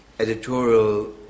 editorial